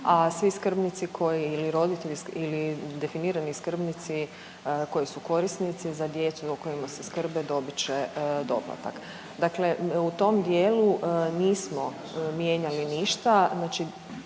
a svi skrbnici koji ili roditelji ili definirani skrbnici koji su korisnici za djecu i o kojima se skrbe, dobit će doplatak. Dakle u tom dijelu nismo mijenjali ništa,